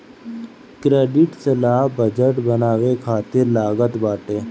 credit सलाह budget बनावे खातिर लागत बाटे